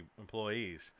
employees